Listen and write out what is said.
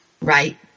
Right